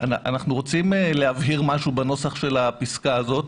אנחנו רוצים להבהיר משהו בנוסח הפסקה הזאת.